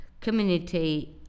community